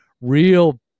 real